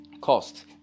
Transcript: cost